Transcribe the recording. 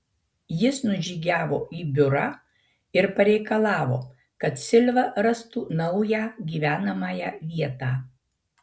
jis nužygiavo į biurą ir pareikalavo kad silva rastų naują gyvenamąją vietą